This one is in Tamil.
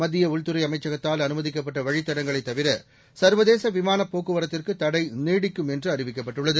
மத்திய உள்துறை அமைச்சகத்தால் அனுமதிக்கப்பட்ட வழித்தடங்களைத் தவிர சர்வதேச விமானப் போக்குவரத்துக்கு தடை நீடிக்கும் என்று அறிவிக்கப்பட்டுள்ளது